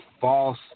false